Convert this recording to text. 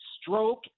stroke